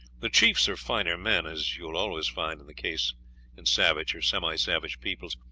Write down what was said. the chiefs are finer men, as you will always find in the case in savage or semi savage peoples,